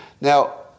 Now